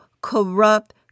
corrupt